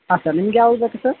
ಹಾಂ ಸರ್ ನಿಮ್ಗ ಯಾವ್ದು ಬೇಕು ಸರ್